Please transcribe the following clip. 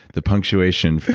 the punctuation